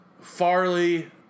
Farley